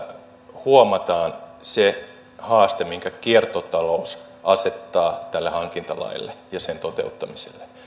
huomataan se haaste minkä kiertotalous asettaa tälle hankintalaille ja sen toteuttamiselle